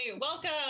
welcome